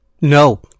No